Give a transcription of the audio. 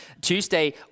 Tuesday